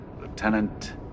Lieutenant